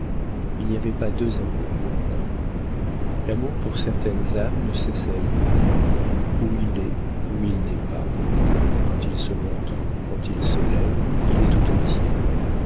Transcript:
il n'y avait pas deux amours pour moi l'amour pour certaines âmes ne s'essaie pas ou il est ou il n'est pas quand il se montre quand il se lève il est tout entier